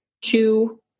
two